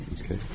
Okay